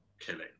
killing